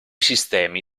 sistemi